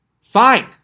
fine